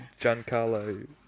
Giancarlo